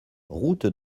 route